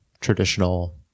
traditional